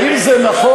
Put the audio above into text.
האם זה נכון,